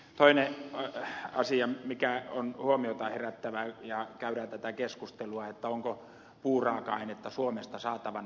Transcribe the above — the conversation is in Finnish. toinen asia mikä on huomiota herättävä ja josta käydään tätä keskustelua että onko puuraaka ainetta suomesta saatavana